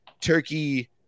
turkey